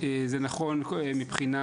זה נכון מבחינה